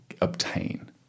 obtain